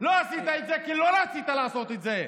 לא עשית את זה כי לא רצית לעשות את זה.